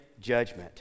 judgment